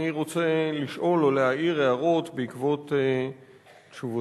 אני רוצה לשאול או להעיר הערות בעקבות תשובותיך.